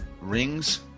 rings